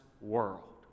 world